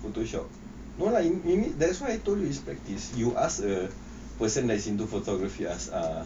photoshop no lah you need you need that's why I told you is practice you ask a person let say into photography you ask ah